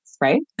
right